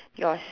yours